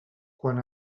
quan